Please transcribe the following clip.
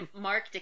Mark